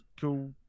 cool